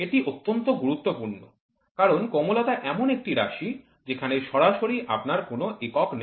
এটি অত্যন্ত গুরুত্বপূর্ণ কারণ কোমলতা এমন একটি চলরাশি যেখানে সরাসরি আপনার কোনও একক নেই